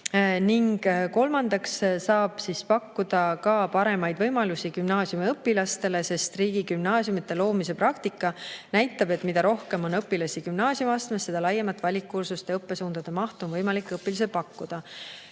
ning kolmandaks saab siis pakkuda ka paremaid võimalusi gümnaasiumiõpilastele, sest riigigümnaasiumide loomise praktika näitab, et mida rohkem on õpilasi gümnaasiumiastmes, seda laiemat valikkursuste ja õppesuundade mahtu on võimalik õpilasele pakkuda.